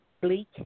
bleak